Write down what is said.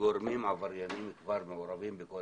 שגורמים עבריינים כבר מעורבים בכל